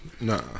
Nah